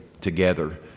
together